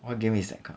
what game is that kind